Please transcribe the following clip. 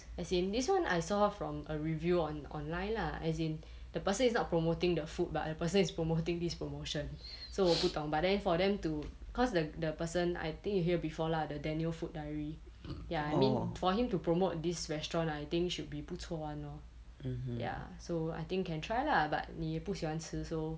as in this one I saw from a review on online lah as in the person is not promoting the food but the person is promoting this promotion so 我不懂 but then for them to cause the the person I think you hear before lah the daniel food diary ya I mean for him to promote this restaurant I think should be 不错 [one] lor ya so I think can try lah but 你又不喜欢吃 so